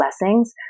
blessings